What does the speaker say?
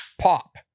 pop